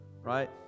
right